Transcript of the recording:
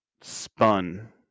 spun